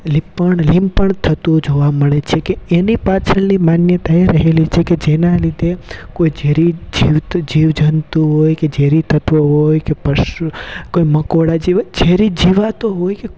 લીંપણ લીંપણ થતું જોવા મળે છે કે એની પાછળની માન્યતા એમ રહેલી છેકે જેના લીધે કોઈ ઝેરી જીવતું જીવજંતુ હોય કે ઝેરી તત્ત્વ હોય કે પરશું કોઈ મકોળા જેવા ઝેરી જીવાતો હોય કે